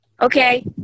Okay